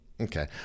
Okay